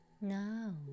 Now